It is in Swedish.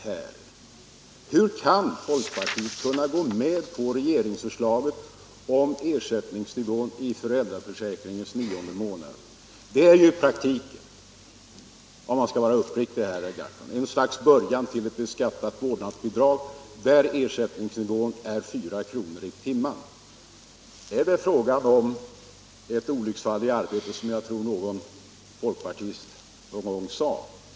Hur kan folkpartiet gå med på regeringsförslaget om ersättningsnivån i föräldraförsäkringens nionde månad? Det är ju i praktiken, om man skall vara uppriktig, ett slags början till ett beskattat vårdnadsbidrag där ersättningsnivån är 4 kr. i timmen. Är det fråga om ett olycksfall i arbetet, som jag tror att en folkpartist någon gång sade?